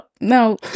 No